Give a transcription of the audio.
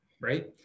right